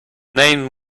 name